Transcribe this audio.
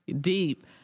deep